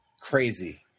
Crazy